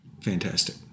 fantastic